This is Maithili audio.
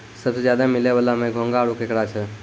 सबसें ज्यादे मिलै वला में घोंघा आरो केकड़ा छै